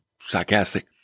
sarcastic